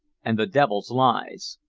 and the devil's lies.